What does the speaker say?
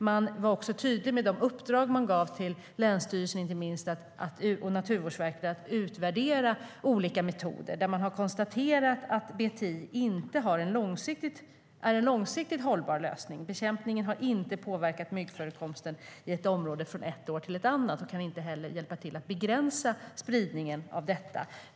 Med de uppdrag man gav, inte minst till länsstyrelsen och Naturvårdsverket, var man också tydlig med att utvärdera olika metoder. Det har konstaterats att BTI inte är en långsiktigt hållbar lösning. Bekämpningen har inte påverkat myggförekomsten i ett område från ett år till ett annat och kan inte heller hjälpa till att begränsa spridningen.